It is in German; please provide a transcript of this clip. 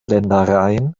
ländereien